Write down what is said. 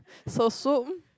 so